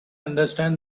understand